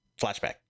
flashback